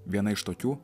viena iš tokių